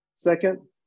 Second